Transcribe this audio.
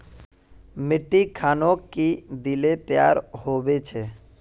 मिट्टी खानोक की दिले तैयार होबे छै?